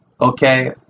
Okay